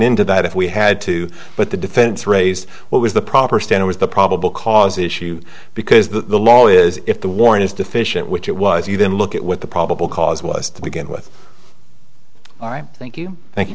into that if we had to but the defense raised what was the proper standard is the probable cause issue because the law is if the warrant is deficient which it was you then look at what the probable cause was to begin with all right thank you thank you